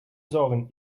zorgen